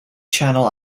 channel